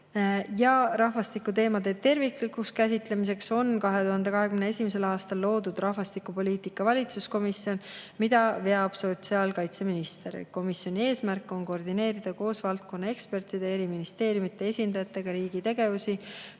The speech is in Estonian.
Rahvastikuteemade terviklikuks käsitlemiseks on 2021. aastal loodud rahvastikupoliitika valitsuskomisjon, mida veab sotsiaalkaitseminister. Komisjoni eesmärk on koordineerida koos valdkonnaekspertide ja eri ministeeriumide esindajatega riigi tegevust